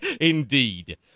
Indeed